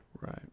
Right